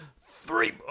Three